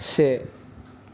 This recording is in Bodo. से